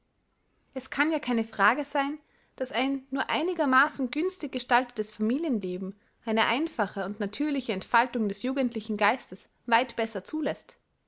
es kann ja keine frage sein daß ein nur einigermaßen günstig gestaltetes familienleben eine einfache und natürliche entfaltung des jugendlichen geistes weit besser zuläßt